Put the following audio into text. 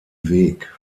weg